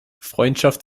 freundschaft